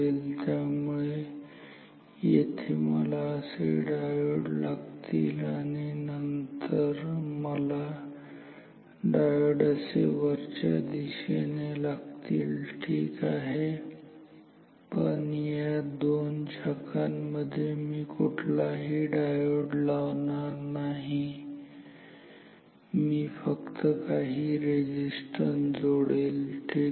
त्यामुळे येथे मला असे डायोड लागतील आणि नंतर येथे मला डायोड असे वरच्या दिशेने लागतील ठीक आहे पण या दोन शाखांमध्ये मी कुठलाही डायोड लावणार नाही पण मी फक्त काही रेझिस्टन्स जोडेल ठीक आहे